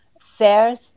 fairs